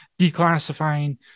declassifying